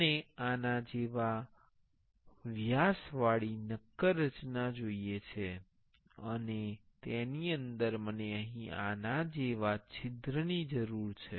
મને આના જેવા વ્યાસવાળી નક્કર રચના જોઈએ છે અને તેની અંદર મને અહીં આના જેવા છિદ્રની જરૂર છે